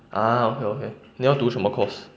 ah okay okay 你要读什么 course